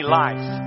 life